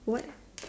what